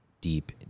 deep